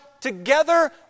together